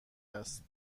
است